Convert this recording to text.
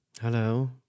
Hello